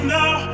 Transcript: now